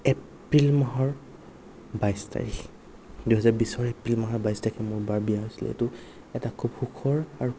এপ্ৰিল মাহৰ বাইছ তাৰিখ দুহেজাৰ বিশৰ এপ্ৰিল মাহৰ বাইছ তাৰিখে মোৰ বাৰ বিয়া হৈছিলে এইটো এটা খুব সুখৰ আৰু